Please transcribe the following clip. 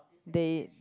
they